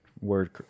word